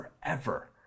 forever